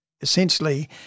Essentially